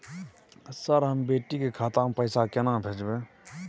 Sir, हम बेटी के खाता मे पैसा केना भेजब?